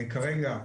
כרגע,